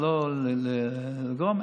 שלא לגרום,